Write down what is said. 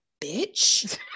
bitch